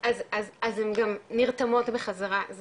אז הן גם נרתמות בחזרה,